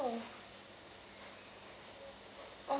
orh